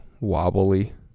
Wobbly